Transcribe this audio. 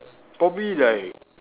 probably like